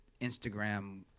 Instagram